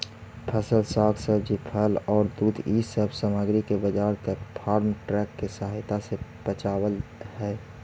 फसल, साग सब्जी, फल औउर दूध इ सब सामग्रि के बाजार तक फार्म ट्रक के सहायता से पचावल हई